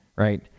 Right